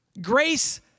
Grace